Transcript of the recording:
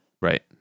Right